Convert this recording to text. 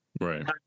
Right